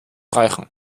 reichen